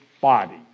body